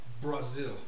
Brazil